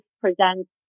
presents